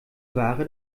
ware